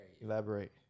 Elaborate